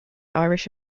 irish